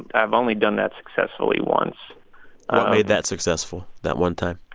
i've only done that successfully once what made that successful that one time?